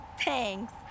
Thanks